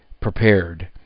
prepared